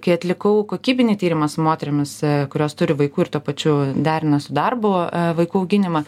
kai atlikau kokybinį tyrimą su moterimis kurios turi vaikų ir tuo pačiu derina su darbu vaikų auginimą